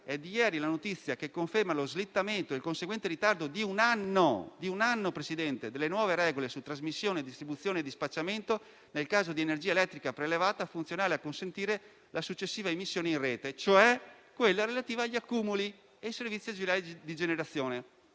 È di ieri la notizia che conferma lo slittamento e il conseguente ritardo di un anno delle nuove regole su trasmissione, distribuzione e dispacciamento nel caso di energia elettrica prelevata, funzionale a consentire la successiva immissione in rete, cioè quella relativa agli accumuli, e i servizi di generazione.